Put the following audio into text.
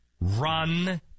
run